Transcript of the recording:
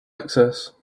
access